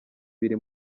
ibiri